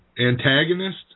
antagonist